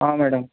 ହଁ ମ୍ୟାଡ଼ାମ୍